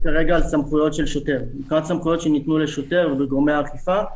מבחינת סמכויות שניתנו לשוטרים ולגורמי האכיפה,